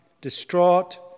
distraught